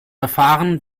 erfahren